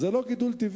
אז זה לא גידול טבעי,